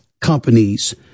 companies